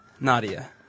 Nadia